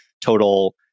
total